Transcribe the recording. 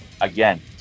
again